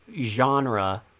genre